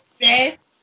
best